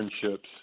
friendships